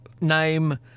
name